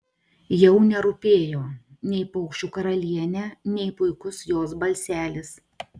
jau nerūpėjo nei paukščių karalienė nei puikus jos balselis